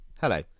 Hello